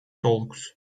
talks